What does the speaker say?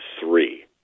three